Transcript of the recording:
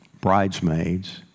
bridesmaids